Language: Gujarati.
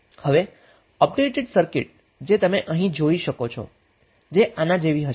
હવે અપડેટેડ સર્કિટ જે તમે અહીં જોઈ શકો છો જે આના જેવી હશે